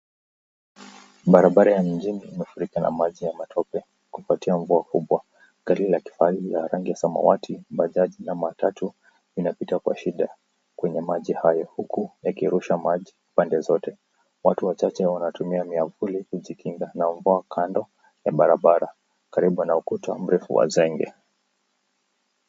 Barabara ya mji imefurika na maji ya matope kupatia mvua kubwa. Gari la kifahari ya rangi ya samawati, bajaji namba tatu inapita kwa shida kwenye maji hayo huku yakirusha maji pande zote. Watu wachache wanatumia miavuli kujikinga na mvua kando ya barabara karibu na ukuta mrefu wa zenge.